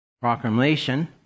Proclamation